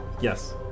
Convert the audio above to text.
Yes